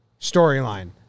storyline